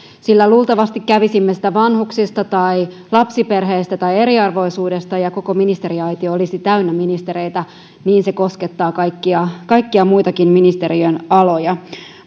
sillä luultavasti kävisimme sitä vanhuksista tai lapsiperheistä tai eriarvoisuudesta ja koko ministeriaitio olisi täynnä ministereitä se koskettaa kaikkia kaikkia muitakin ministeriöaloja